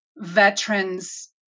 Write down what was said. veterans